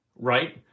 right